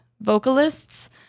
vocalists